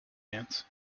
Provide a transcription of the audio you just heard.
bands